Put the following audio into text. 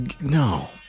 No